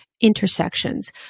intersections